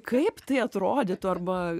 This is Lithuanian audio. kaip tai atrodytų arba